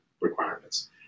requirements